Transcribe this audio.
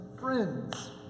friends